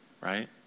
Right